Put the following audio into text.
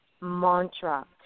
mantra